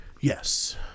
Yes